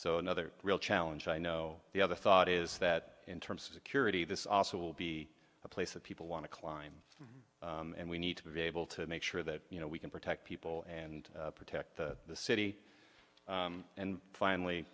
so another real challenge i know the other thought is that in terms of security this also will be a place that people want to climb and we need to be able to make sure that you know we can protect people and protect the city and finally